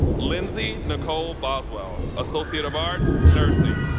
lindsey nicole boswell, associate of arts, nursing.